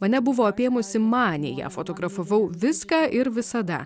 mane buvo apėmusi manija fotografavau viską ir visada